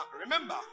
remember